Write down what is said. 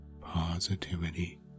positivity